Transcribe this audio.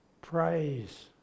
praise